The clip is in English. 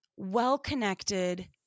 well-connected